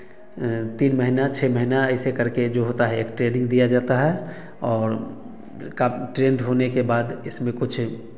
तीन महीना छः महीना ऐसे करके जो होता है एक ट्रेनिंग दिया जाता है और का ट्रेंड होने के बाद इसमें कुछ